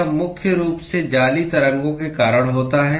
यह मुख्य रूप से जाली तरंगों के कारण होता है